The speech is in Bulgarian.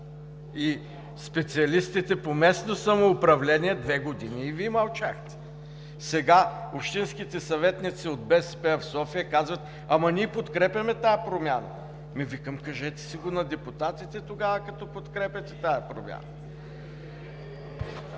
И специалистите по местно самоуправление – две години и Вие мълчахте! Сега общинските съветници от БСП в София казват: „Ние подкрепяме тази промяна“, ами, казвам: „Кажете си го на депутатите тогава, като подкрепяте тази промяна“.